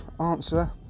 answer